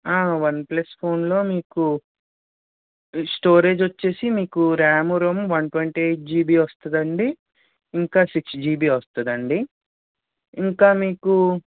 one plus ఫోన్లో మీకు storage వచ్చేసి మీకు RAM ROM one twenty eight GB వస్తుందండి ఇంకా సిక్స్ జిబి వస్తుందండీ ఇంకా మీకు